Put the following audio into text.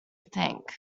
think